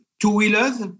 two-wheelers